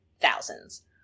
thousands